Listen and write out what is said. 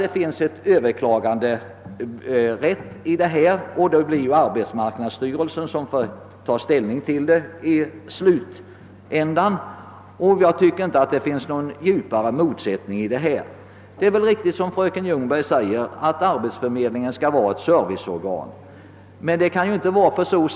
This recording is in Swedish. Beträffande detta krav uttalar vi att det finns en Ööverklagningsrätt och att det är arbetsmarknadsstyrelsen som i sista hand får ta hand om sådana ärenden. Jag tycker inte att det föreligger någon djupare motsättning i detta avseende. Det är riktigt såsom fröken Ljungberg säger, att arbetsförmedlingen skall vara ett serviceorgan.